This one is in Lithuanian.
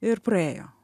ir praėjo